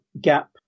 gap